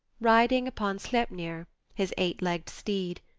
riding upon sleipner, his eight-legged steed,